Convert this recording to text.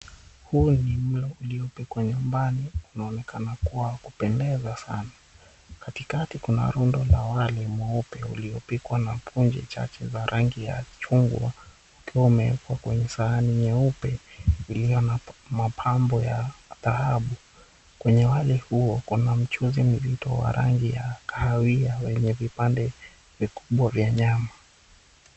Huu ni mlo uliopikwa nyumbani. Unaonekana kuwa wa kupendeza sana. Katikati kuna rundo la wali mweupe uliopikwa na punje chache za rangi ya chungwa ukiwa umeekwa kwenye sahani nyeupe iliyo na mapambo ya dhahabu. Kwenye wali huo kuna mchuzi mzito wa rangi ya kahawia wenye vipande vikubwa vya nyama.